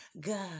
God